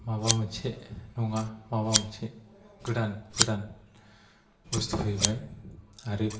माबा मोनसे नङा माबा मोनसे गोदान गोदान बुस्थु फैबाय आरो